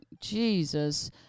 Jesus